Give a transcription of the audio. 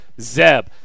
Zeb